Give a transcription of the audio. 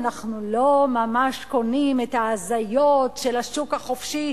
אנחנו לא ממש קונים את ההזיות של השוק החופשי,